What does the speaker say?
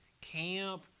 camp